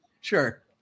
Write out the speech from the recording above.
sure